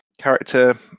character